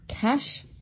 cash